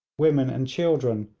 women, and children,